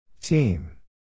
Team